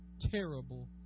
terrible